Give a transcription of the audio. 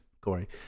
Corey